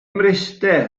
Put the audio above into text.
mryste